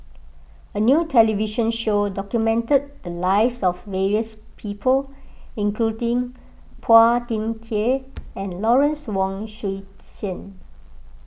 a new television show documented the lives of various people including Phua Thin Kiay and Lawrence Wong Shyun Tsai